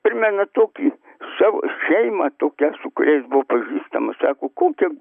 primena tokį savo šeimą tokią su kuriais buvau pažįstamas sako kokia